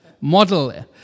model